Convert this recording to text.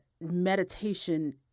meditation